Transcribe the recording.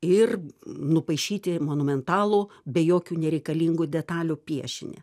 ir nupaišyti monumentalų be jokių nereikalingų detalių piešinį